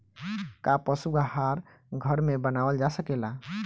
का पशु आहार घर में बनावल जा सकेला?